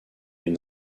une